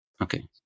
Okay